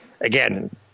Again